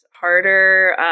harder